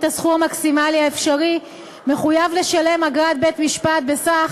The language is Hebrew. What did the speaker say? הסכום המקסימלי האפשרי מחויב לשלם אגרת בית-משפט בסך